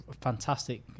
fantastic